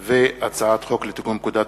תודה,